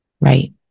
Right